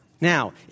Now